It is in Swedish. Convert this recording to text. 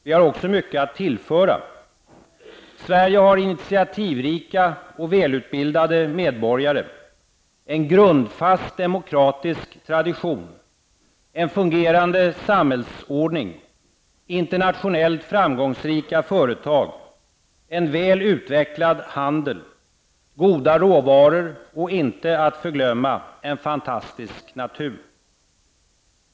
Vi har också mycket att tillföra. Sverige har initiativrika och välutbildade medborgare, en grundfast demokratisk tradition, en fungerande samhällsordning, internationellt framgångsrika företag, en väl utvecklad handel, goda råvaror och, inte att förglömma, en fantastisk natur.